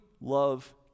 love